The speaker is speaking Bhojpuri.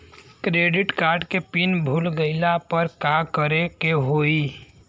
क्रेडिट कार्ड के पिन भूल गईला पर का करे के होई?